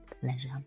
pleasure